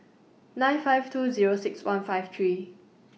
nine five two Zero six one five three